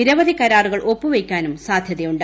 നിരവധി കരാറുകൾ ഒപ്പുവയ്ക്കാനും സാധൃതയുണ്ട്